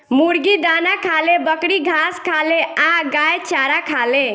मुर्गी दाना खाले, बकरी घास खाले आ गाय चारा खाले